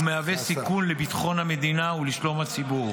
ומהווה סיכון לביטחון המדינה ולשלום הציבור.